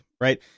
right